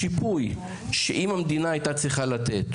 השיפוי שאם המדינה הייתה צריכה לתת,